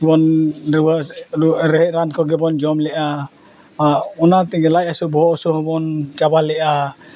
ᱵᱚᱱ ᱨᱮᱦᱮᱫ ᱨᱟᱱ ᱠᱚᱜᱮ ᱵᱚᱱ ᱡᱚᱢ ᱞᱮᱜᱼᱟ ᱚᱱᱟ ᱛᱮᱜᱮ ᱞᱟᱡ ᱦᱟᱹᱥᱩ ᱵᱚᱦᱚᱜ ᱦᱟᱹᱥᱩ ᱦᱚᱸᱵᱚᱱ ᱪᱟᱵᱟ ᱞᱮᱜᱼᱟ